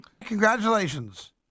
Congratulations